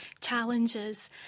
challenges